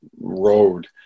road